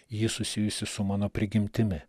ji susijusi su mano prigimtimi